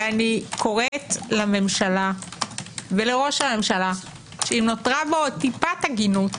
ואני קוראת לממשלה ולראש הממשלה שאם נותרה בו טיפת הגינות,